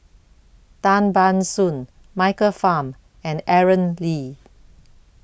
Tan Ban Soon Michael Fam and Aaron Lee